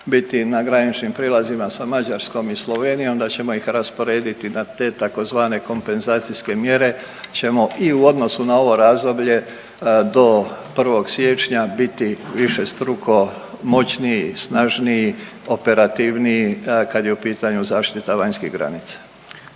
biti na graničnim prijelazima sa Mađarskom i Slovenijom da ćemo ih rasporediti na te tzv. kompenzacijske mjere ćemo i u odnosu na ovo razdoblje do 1. siječnja biti višestruko moćniji, snažniji, operativniji da kad je u pitanju zaštita vanjskih granica.